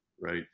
right